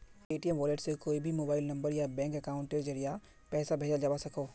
Paytm wallet से कोए भी मोबाइल नंबर या बैंक अकाउंटेर ज़रिया पैसा भेजाल जवा सकोह